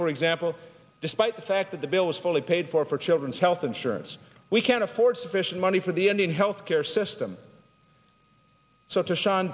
for example despite the fact that the bill is fully paid for for children's health insurance we can't afford sufficient money for the indian health care system so to s